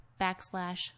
backslash